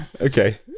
okay